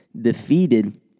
defeated